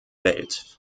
welt